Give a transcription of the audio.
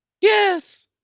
Yes